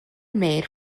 made